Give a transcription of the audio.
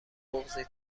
بغضی